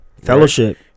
Fellowship